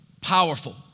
powerful